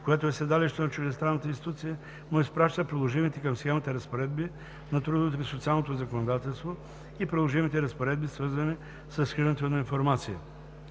която е седалището на чуждестранната институция, му изпраща приложимите към схемата разпоредби на трудовото и социалното законодателство и приложимите разпоредби, свързани с разкриването на информация.